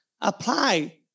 Apply